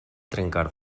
trencar